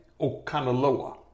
Okanaloa